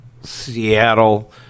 Seattle